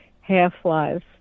half-lives